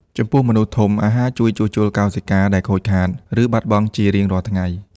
ចំពោះមនុស្សធំ អាហារជួយ ជួសជុលកោសិកា ដែលខូចខាត ឬបាត់បង់ជារៀងរាល់ថ្ងៃ។